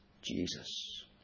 Jesus